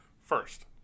first